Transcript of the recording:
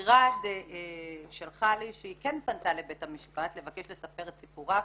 ע' שלחה לי שהיא כן פנתה לבית המשפט לבקש לספר את סיפורה,